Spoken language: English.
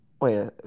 Wait